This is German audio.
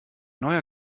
neuer